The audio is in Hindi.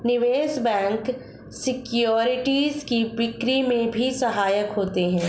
निवेश बैंक सिक्योरिटीज़ की बिक्री में भी सहायक होते हैं